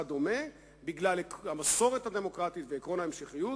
בגלל המסורת הדמוקרטית ועקרון ההמשכיות,